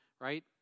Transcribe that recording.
right